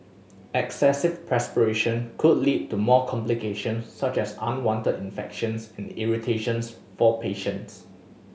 excessive perspiration could lead to more complications such as unwanted infections and irritations for patients